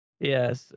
Yes